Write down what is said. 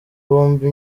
bombi